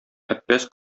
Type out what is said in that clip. әппәз